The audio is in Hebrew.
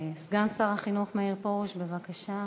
סגן שר החינוך מאיר פרוש, בבקשה.